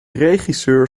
regisseur